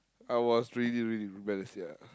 I was really really rebellious yeah